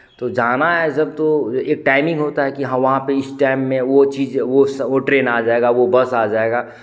तो जाना है ये सब तो एक टाइमिंग होता है कि वहाँ पे इस टाइम में वो चीज़ वो सब वो ट्रेन आ जाएगा वो बस आ जाएगा